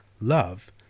Love